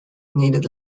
needed